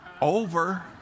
over